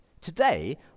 Today